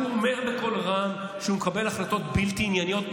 כי הוא אומר בקול רם שהוא מקבל החלטות בלתי ענייניות,